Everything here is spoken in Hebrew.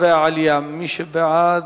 מי שבעד,